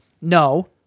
No